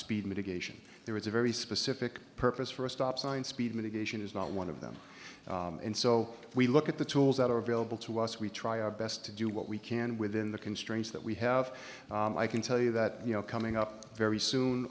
speed mitigation there is a very specific purpose for a stop sign speed mitigation is not one of them and so if we look at the tools that are available to us we try our best to do what we can within the constraints that we have i can tell you that you know coming up very soon